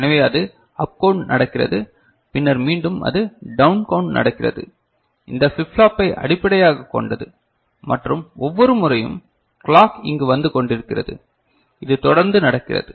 எனவே இது up count நடக்கிறது பின்னர் மீண்டும் அது டவுன் கவுன்ட் நடக்கிறது இந்த ஃபிளிப் ஃப்ளாப்பை அடிப்படையாகக் கொண்டது மற்றும் ஒவ்வொரு முறையும் கிளாக் இங்கு வந்து கொண்டிருக்கிறது இது தொடர்ந்து நடக்கிறது